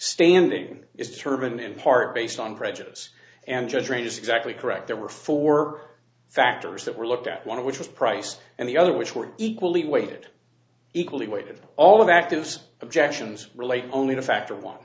standing is turban in part based on prejudice and just range is exactly correct there were four factors that were looked at one of which was price and the other which were equally weighted equally weighted all of actives objections relate only to factor one